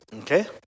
Okay